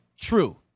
true